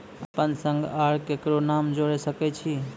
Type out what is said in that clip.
अपन संग आर ककरो नाम जोयर सकैत छी?